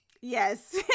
Yes